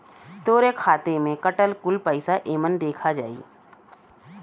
तोहरे खाते से कटल कुल पइसा एमन देखा जाई